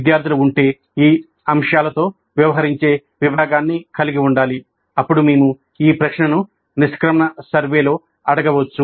విద్యార్థులు ఉంటే ఈ అంశాలతో వ్యవహరించే విభాగాన్ని కలిగి ఉండాలి అప్పుడు మేము ఈ ప్రశ్నను నిష్క్రమణ సర్వేలో అడగవచ్చు